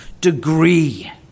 degree